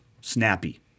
snappy